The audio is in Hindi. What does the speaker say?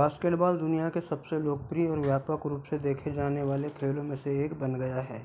बास्केटबॉल दुनिया के सबसे लोकप्रिय और व्यापक रूप से देखे जाने वाले खेलों में से एक बन गया है